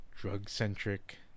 drug-centric